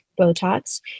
Botox